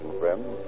friends